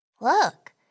Look